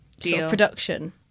production